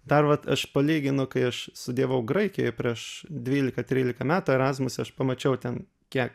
dar vat aš palyginu kai aš studijavau graikijoj prieš dvyliką tryliką metų erasmuse aš pamačiau ten kiek